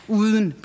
uden